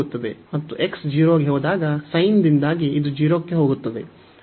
ಮತ್ತು x 0 ಗೆ ಹೋದಾಗ sin ದಿಂದಾಗಿ ಇದು 0 ಕ್ಕೆ ಹೋಗುತ್ತದೆ